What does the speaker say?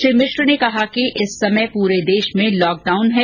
श्री मिश्र ने कहा कि इस समय पूरे प्रदेश में लॉकडाउन है